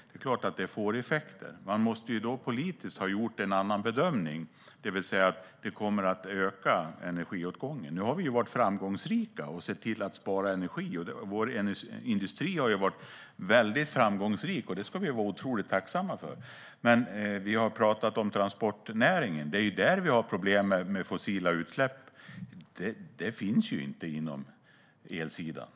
Det är klart att det får effekter. Man måste då politiskt ha gjort en annan bedömning, det vill säga att energiåtgången kommer att öka. Nu har vi varit framgångsrika och sett till att spara energi. Vår industri har varit väldigt framgångsrik. Det ska vi vara otroligt tacksamma för. Vi har talat om transportnäringen. Det är där vi har problem med fossila utsläpp. Det finns inte inom elsidan.